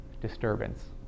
disturbance